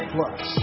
Plus